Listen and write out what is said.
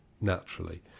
naturally